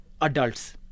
adults